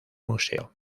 museo